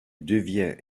devient